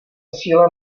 síle